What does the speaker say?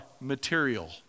material